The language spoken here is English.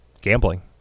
gambling